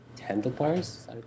handlebars